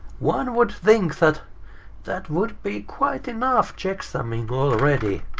one would think that that would be quite enough checksumming already!